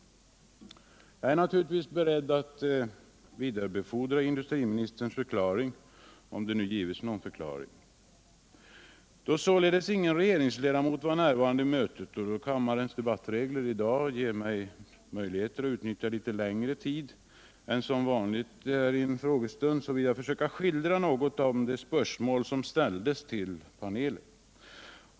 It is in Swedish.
Jag är naturligtvis beredd att vidarebefordra industriministerns förklaring, om det nu gives någon förklaring. Då således ingen regeringsledamot var närvarande vid mötet. och då kammarens debattregler i dag ger mig möjlighet att utnyttja litet längre tid än som är vanligt i en frågestund, vill jag försöka skildra några av de spörsmål som ställdes till panelen.